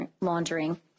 laundering